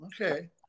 okay